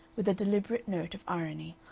with a deliberate note of irony,